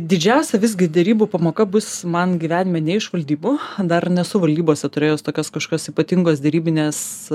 didžiausia visgi derybų pamoka bus man gyvenime ne iš valdybų dar nesu valdybose turėjęs tokios kažkokios ypatingos derybinės